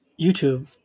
YouTube